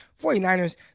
49ers